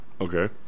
Okay